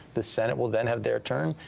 the senate will then have their turn.